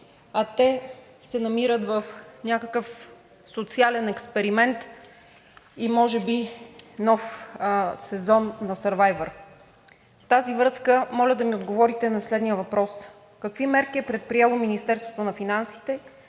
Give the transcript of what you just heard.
а те се намират в някакъв социален експеримент и може би нов сезон на „Сървайвър“. В тази връзка моля да ми отговорите на следния въпрос: какви мерки е предприело Министерството на финансите